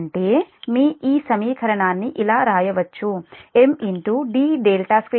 అంటే మీ ఈ సమీకరణాన్ని ఇలా వ్రాయవచ్చు M d2dt2 Pi -Pe